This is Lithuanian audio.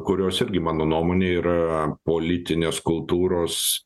kurios irgi mano nuomone yra politinės kultūros